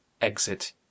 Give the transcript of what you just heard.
Exit